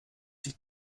sich